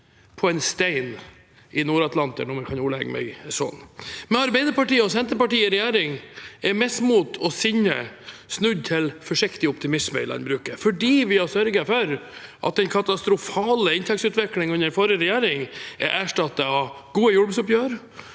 på en stein i NordAtlanteren, om jeg kan ordlegge meg sånn. Med Arbeiderpartiet og Senterpartiet i regjering er mismot og sinne snudd til forsiktig optimisme i landbruket, fordi vi har sørget for at den katastrofale inntektsutviklingen under forrige regjering er erstattet av